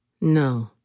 No